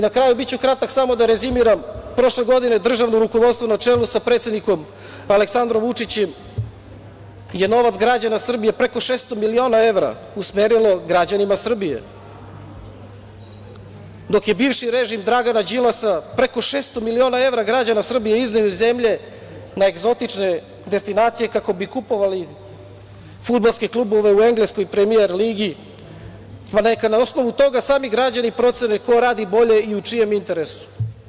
Na kraju, biću kratak, samo da rezimiram, prošle godine državno rukovodstvo na čelu sa predsednikom, Aleksandrom Vučićem, je novac građana Srbije, preko 600 miliona evra, usmerilo građanima Srbije. dok je bivši režim Dragana Đilasa preko 600 miliona evra građana Srbije izneo iz zemlje na egzotične destinacije, kako bi kupovali fudbalske klubove u engleskoj premijer ligi, pa neka na osnovu toga sami građani procene ko radi bolje i u čijem interesu.